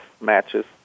matches